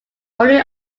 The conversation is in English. only